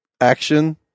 action